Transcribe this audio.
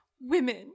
women